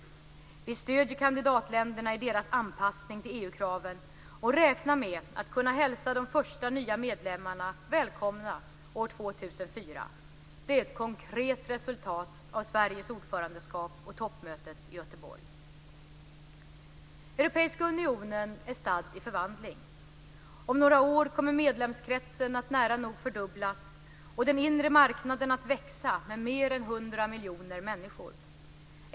Vi stöder kandidatländerna i deras anpassning till EU-kraven och räknar med att kunna hälsa de första nya medlemmarna välkomna år 2004. Det är ett konkret resultat av Sveriges ordförandeskap och toppmötet i Göteborg. Europeiska unionen är stadd i förvandling. Om några år kommer medlemskretsen att nära nog fördubblas och den inre marknaden att växa med mer än 100 miljoner människor.